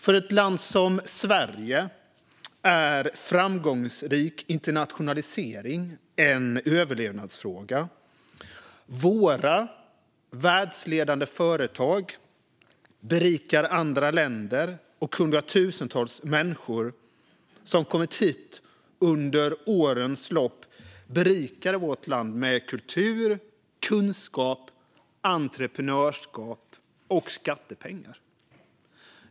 För ett land som Sverige är framgångsrik internationalisering en överlevnadsfråga. Våra världsledande företag berikar andra länder, och hundratusentals människor som kommit hit under årens lopp berikar vårt land med kultur, kunskap, entreprenörskap och skattepengar.